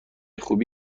خوبی